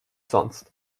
sonst